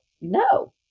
No